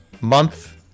month